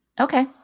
Okay